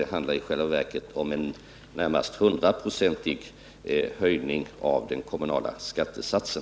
Det handlar i själva verket om en närmast 100-procentig höjning av den kommunala skattesatsen.